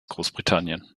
großbritannien